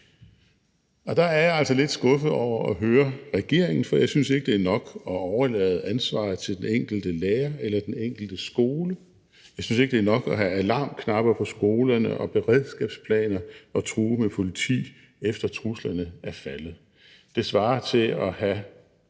Der er jeg altså lidt skuffet over at høre regeringen, for jeg synes ikke, det er nok at overlade ansvaret til den enkelte lærer eller den enkelte skole. Jeg synes ikke, det er nok at have alarmknapper på skolerne og beredskabsplaner og true med politi, efter truslerne er faldet. Det svarer til at have